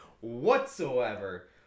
whatsoever